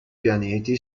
pianeti